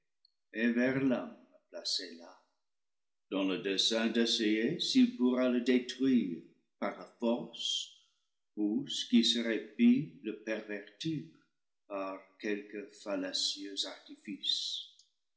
là dans le dessein d'essayer s'il pourra le détruire par la force ou ce qui serait pis le pervertir par quel que fallacieux artifice